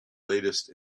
latest